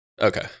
Okay